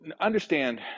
understand